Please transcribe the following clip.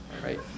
right